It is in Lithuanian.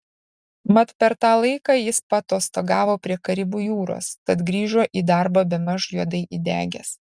mat per tą laiką jis paatostogavo prie karibų jūros tad grįžo į darbą bemaž juodai įdegęs